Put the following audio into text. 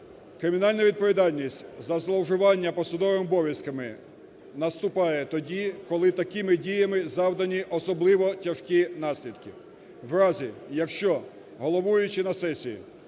Кримінальна відповідальність за зловживання посадовими обов'язками наступає тоді, коли такими діями завдані особливо тяжкі наслідки. В разі, якщо головуючий на сесії